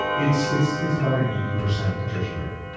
it's it's it's about an eighty percent attrition rate.